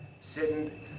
sitting